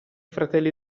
fratelli